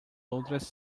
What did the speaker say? outras